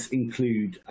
include